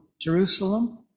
Jerusalem